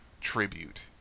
tribute